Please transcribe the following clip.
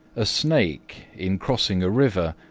a snake, in crossing a river,